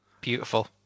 Beautiful